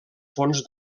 fons